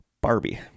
Barbie